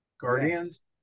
Guardians